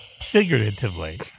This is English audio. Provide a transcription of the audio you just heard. figuratively